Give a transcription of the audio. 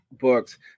Books